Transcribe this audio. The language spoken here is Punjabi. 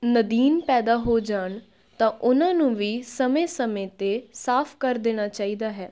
ਨਦੀਨ ਪੈਦਾ ਹੋ ਜਾਣ ਤਾਂ ਉਹਨਾਂ ਨੂੰ ਵੀ ਸਮੇਂ ਸਮੇਂ 'ਤੇ ਸਾਫ ਕਰ ਦੇਣਾ ਚਾਹੀਦਾ ਹੈ